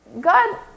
God